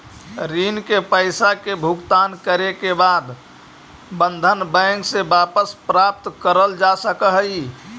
ऋण के पईसा के भुगतान करे के बाद बंधन बैंक से वापस प्राप्त करल जा सकऽ हई